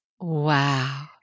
Wow